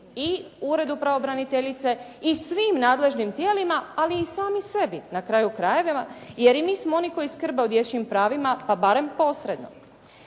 i uredu pravobraniteljice i svim nadležnim tijelima, ali i sami sebi na kraju krajeva jer i mi smo oni koji skrbe o dječjim pravima, pa barem posredno.